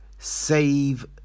Save